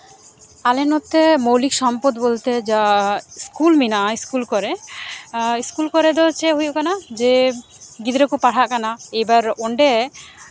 ᱟᱞᱮ ᱱᱚᱛᱮ ᱢᱳᱞᱤᱠ ᱥᱚᱢᱯᱚᱫ ᱵᱚᱞᱛᱮ ᱡᱟ ᱤᱥᱠᱩᱞ ᱢᱮᱱᱟᱜᱼᱟ ᱤᱥᱠᱩᱞ ᱠᱚᱨᱮ ᱤᱥᱠᱩᱞ ᱠᱚᱨᱮ ᱫᱚ ᱪᱮᱫ ᱦᱩᱭᱩᱜ ᱠᱟᱱᱟ ᱡᱮ ᱜᱤᱫᱽᱨᱟᱹ ᱠᱚ ᱯᱟᱲᱦᱟᱜ ᱠᱟᱱᱟ ᱮᱵᱟᱨ ᱚᱸᱰᱮ